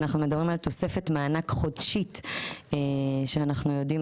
אנחנו מדברים על תוספת מענק חודשית שאנחנו יודעים